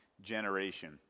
generation